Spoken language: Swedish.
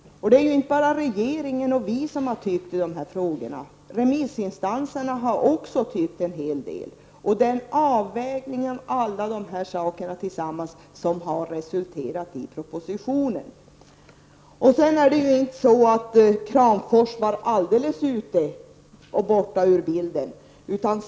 Det är inte bara regeringen och vi som har haft åsikter i de här frågorna. Också remissinstanserna har haft en hel del åsikter. Det är avvägningen mellan alla dessa synpunkter som har resulterat i propositionen. Kramfors var inte alldeles ute ur bilden.